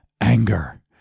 anger